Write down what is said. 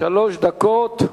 שלוש דקות.